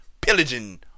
pillaging